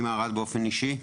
אני באופן אישי מערד.